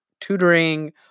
tutoring